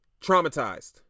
Traumatized